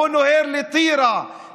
הוא נוהר לטירה,